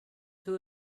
who